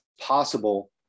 possible